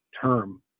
term